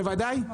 בוודאי.